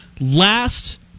Last